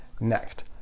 next